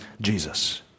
Jesus